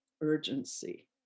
urgency